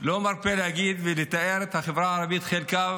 לא מפסיק להגיד ולתאר את חלקה,